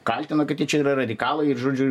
kaltina kad jie čia yra radikalai ir žodžiu